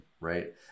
right